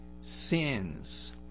sins